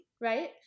Right